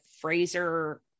Fraser